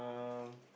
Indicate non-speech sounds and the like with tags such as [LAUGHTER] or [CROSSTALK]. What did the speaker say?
[BREATH]